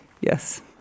Yes